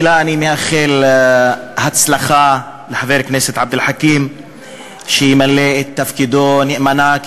תחילה אני מאחל הצלחה לחבר הכנסת עבד אל חכים ושימלא את תפקידו נאמנה,